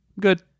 Good